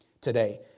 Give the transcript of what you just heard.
today